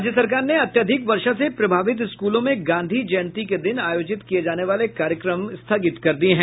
राज्य सरकार ने अत्याधिक वर्षा से प्रभावित स्कूलों में गांधी जयंती के दिन आयोजित किये जाने वाले कार्यक्रम स्थगित कर दिये हैं